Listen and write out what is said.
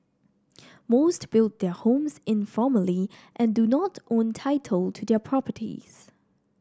most built their homes informally and do not own title to their properties